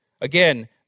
Again